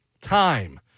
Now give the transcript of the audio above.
Time